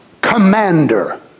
commander